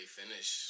finish